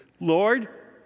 Lord